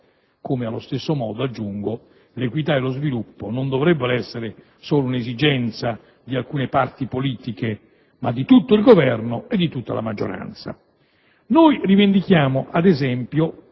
come allo stesso modo, aggiungo, l'equità e lo sviluppo non dovrebbero essere solo l'esigenza di alcune parti politiche ma di tutto il Governo e di tutta la maggioranza. Noi rivendichiamo, ad esempio,